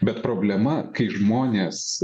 bet problema kai žmonės